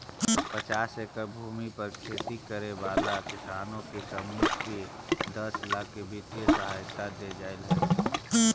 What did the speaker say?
पचास एकड़ भूमि पर खेती करे वाला किसानों के समूह को दस लाख की वित्तीय सहायता दे जाईल हई